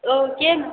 ଓହୋ କେନେ